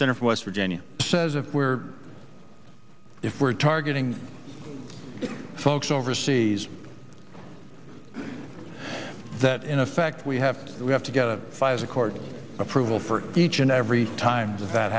center from west virginia says if we're if we're targeting folks overseas that in effect we have to we have to get a five a court approval for each and every times if that